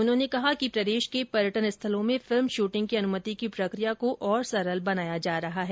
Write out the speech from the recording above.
उन्होंने कहा कि प्रदेश के पर्यटन स्थलों में फिल्म श्रंटिंग की अनुमति की प्रक्रिया को और सरल बनाया जा रहा है